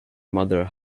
mother